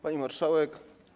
Pani Marszałek!